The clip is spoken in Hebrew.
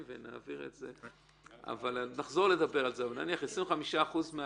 (א) לאחר כניסת ההכרה לתוקף כאמור בסעיף 69ב10,